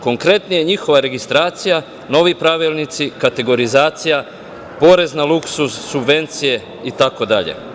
Konkretno, njihova registracija, novi pravilnici, kategorizacija, porez na luksuz, subvencije, itd.